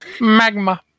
Magma